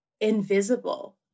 invisible